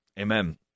Amen